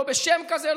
לא בשם כזה,